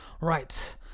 Right